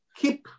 keep